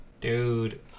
dude